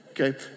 Okay